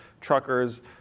truckers